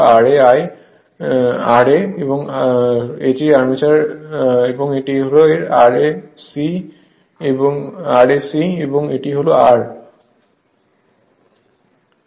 সুতরাং এটি আর্মেচার এবং এটি হল Rse এবং এটি হল R